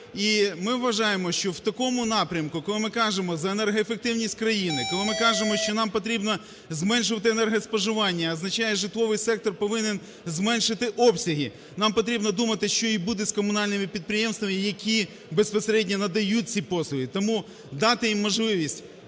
ми вважаємо, що в такому напрямку, коли ми кажемо за енергоефективність країни, коли ми кажемо, що нам потрібно зменшувати енергоспоживання, означає, житловий сектор повинен зменшити обсяги, нам потрібно думати, що і буде з комунальними підприємствами, які безпосередньо надають ці послуги. Тому дати їм можливість